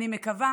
אני מקווה